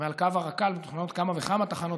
ועל קו הרק"ל מתוכננות כמה וכמה תחנות